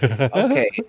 Okay